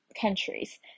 countries